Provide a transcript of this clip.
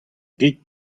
grik